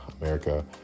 America